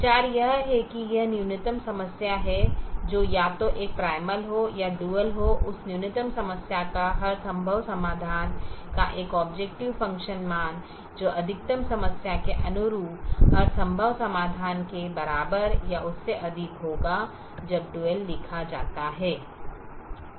विचार यह है कि यह न्यूनतम समस्या है जो या तो एक प्राइमल हो या डुअल हो उस न्यूनतम समस्या का हर संभव समाधान का एक ऑबजेकटिव फ़ंक्शन मान जो अधिकतम समस्या के अनुरूप हर संभव समाधान के बराबर या उससे अधिक होगा जब डुअल लिखा जाता है